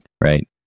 right